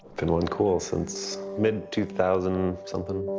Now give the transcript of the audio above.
been onecool since mid two thousand something.